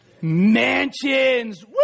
Mansions